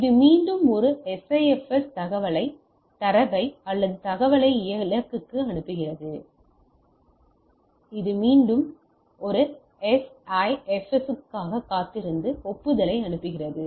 இது மீண்டும் ஒரு SIFS தரவை அல்லது தகவலை இலக்குக்கு அனுப்புகிறது இது மீண்டும் ஒரு SIFS க்காக காத்திருந்து ஒப்புதலை அனுப்புகிறது